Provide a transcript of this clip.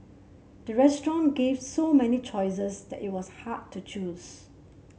the restaurant give so many choices that it was hard to choose